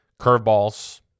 curveballs